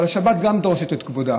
אבל גם השבת דורשת את כבודה.